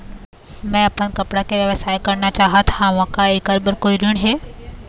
मैं अपन कपड़ा के व्यवसाय करना चाहत हावे का ऐकर बर कोई ऋण हे?